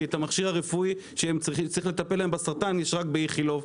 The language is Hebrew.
כי המכשיר הרפואי שמטפל להם בסרטן יש רק באיכילוב?